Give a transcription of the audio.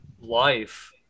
life